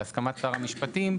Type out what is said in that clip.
בהסכמת שר המשפטים,